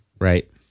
right